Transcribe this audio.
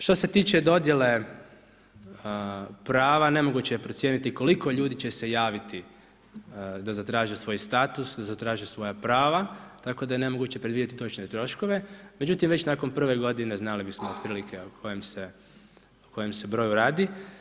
Što se tiče dodjele prava nemoguće je procijeniti koliko ljudi će se javiti da zatraži svoj status da zatraže svoja prava, tako da je nemoguće predvidjeti točne troškove, međutim, već nakon prve godine, znali bismo otprilike o kojem se broju radi.